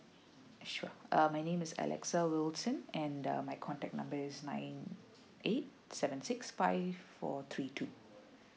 sure uh my name is alexar wilson and um my contact number is my nine eight seven six five four three two